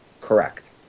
correct